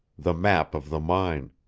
the map of the mine.